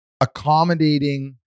accommodating